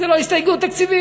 זו לא הסתייגות תקציבית.